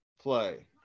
Play